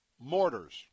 mortars